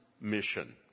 mission